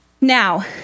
Now